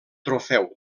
trofeu